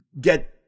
get